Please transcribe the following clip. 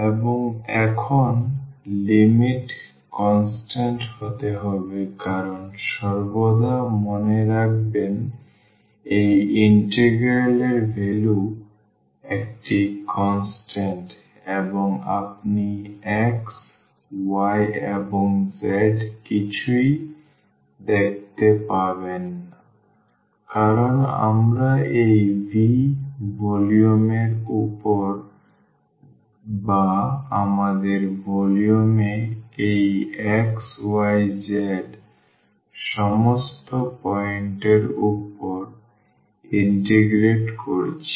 এবং এখন limit constant হতে হবে কারণ সর্বদা মনে রাখবেন এই ইন্টিগ্রাল এর ভ্যালু একটি কনস্ট্যান্ট এবং আপনি x y এবং z কিছুই দেখতে পাবেন না কারণ আমরা এই V ভলিউম এর উপর বা আমাদের ভলিউম এ এই xyz সমস্ত পয়েন্টের উপর ইন্টিগ্রেট করছি